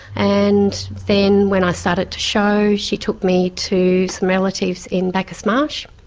and then when i started to show she took me to some relatives in bacchus marsh.